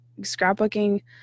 scrapbooking